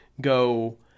go